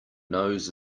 nose